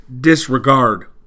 disregard